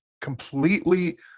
Completely